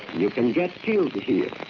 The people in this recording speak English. you can get killed here.